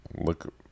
look